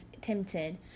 tempted